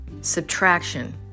subtraction